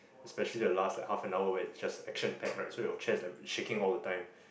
especially the last like half an hour when its just action packed right so your chair is shaking all the time